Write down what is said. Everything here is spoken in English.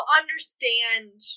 understand